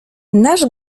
nasz